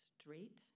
straight